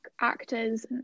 actors